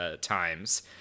times